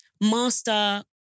Master